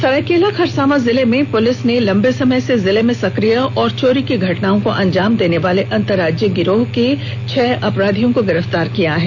सरायकेला खरसावां जिले में पुलिस ने लंबे समय से जिले में सक्रिय और चोरी की घटनाओं को अंजाम देनेवाले अंतरराज्यीय गिरोह के छह अपराधियों को गिरफ्तार किया है